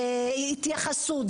התייחסות,